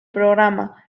programa